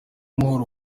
amahoro